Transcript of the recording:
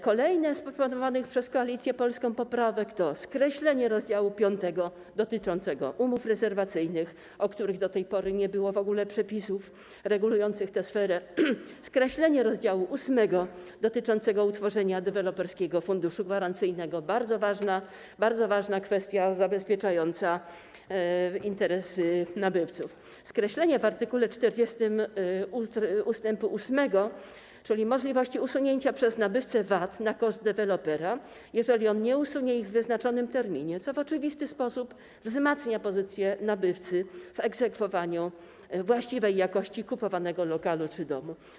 Kolejne z proponowanych przez Koalicję Polską poprawek to skreślenie rozdziału 5 dotyczącego umów rezerwacyjnych - do tej pory nie było w ogóle przepisów regulujących tę sferę - skreślenie rozdziału 8 dotyczącego utworzenia Deweloperskiego Funduszu Gwarancyjnego - to bardzo ważna kwestia zabezpieczająca interesy nabywców - oraz skreślenie w art. 40 ust. 8, czyli możliwości usunięcia przez nabywcę wad na koszt dewelopera, jeżeli on nie usunie ich w wyznaczonym terminie, co w oczywisty sposób wzmacnia pozycję nabywcy w egzekwowaniu właściwej jakości kupowanego lokalu czy domu.